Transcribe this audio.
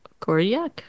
Koryak